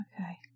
Okay